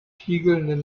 spiegelnden